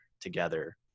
together